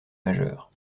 majeures